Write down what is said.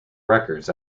records